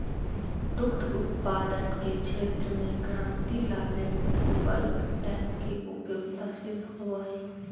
दुध उत्पादन के क्षेत्र में क्रांति लावे में बल्क टैंक के उपयोगिता सिद्ध होवऽ हई